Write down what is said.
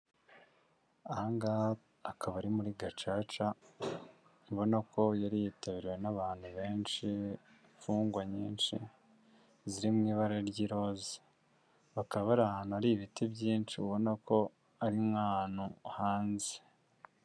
Aha ngaha akaba ari muri gacaca ubona ko yari yitabiriwe n'abantu benshi, imfungwa nyinshi ziri mu ibara ry'iroza. Bakaba bari ahantu hari ibiti byinshi ubona ko ari nk'ahantu hanze.